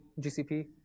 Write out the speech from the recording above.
GCP